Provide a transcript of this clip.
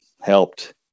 helped